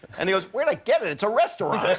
and he goes, where'd i get it? it's a restaurant!